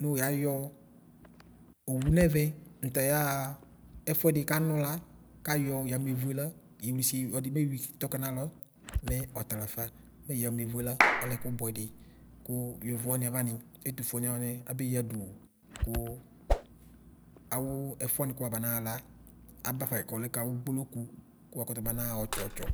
wʋ yayɔ owʋ nɛvɛ nʋ tayaxa ɛfʋɛdi kawʋ la kayɔ yamɛvʋe la yewlisi ewi ɔldi mewi tɔkɛ nalɔ mɛ ɔtalafa mɛ yamevʋe la ɔlɛ ɛkʋ bʋɛdi kʋ yovo wani avani ɛfʋfʋeni wani abe yadʋ wʋ kʋ awʋ ɛfʋ wani kʋ waba naxa la abafayi kɔlɛ kawʋ kpolokʋ wakʋtʋ banaxa ɔtsɔ ɔtsʋ.